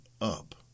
up